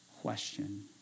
question